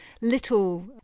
little